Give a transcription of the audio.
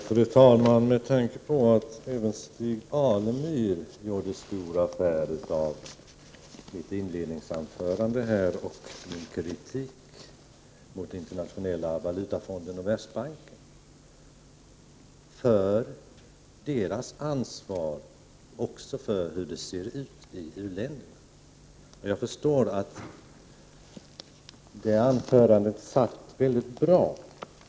Fru talman! Även Stig Alemyr gjorde stor affär av mitt inledningsanförande och min kritik mot Internationella valutafonden och Världsbanken och deras ansvar för hur det ser ut i u-länderna. Jag förstår att det anförandet satt mycket bra.